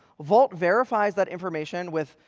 vault verifies that information with,